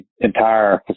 entire